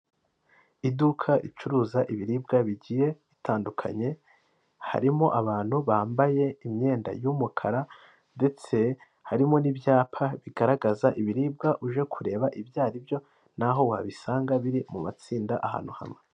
Iduka icuruza ibiribwa bigiye bitandukanye, harimo abantu bambaye imyenda y'umukara, ndetse harimo n'ibyapa bigaragaza ibiribwa uje kureba ibyo ari byo, n'aho wabisanga biri mu matsinda ahantu hamwe.